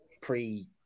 pre